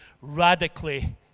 radically